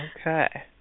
Okay